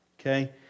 okay